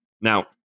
Now